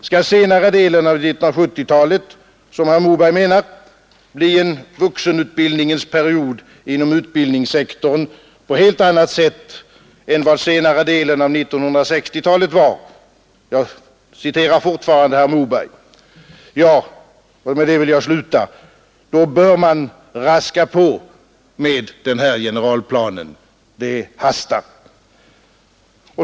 Skall senare delen av 1970-talet, som herr Moberg menar, ”bli en vuxenutbildningens period inom utbildningssektorn på helt annat sätt än vad senare delen av 1960-talet var”, då bör man raska på med den här generalplanen. Det hastar!